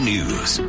News